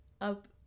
Up